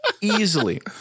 Easily